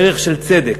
ערך של צדק.